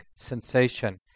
sensation